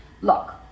Look